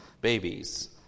babies